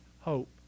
hope